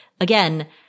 Again